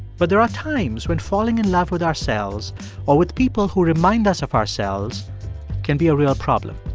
but there are times when falling in love with ourselves or with people who remind us of ourselves can be a real problem.